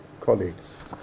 Colleagues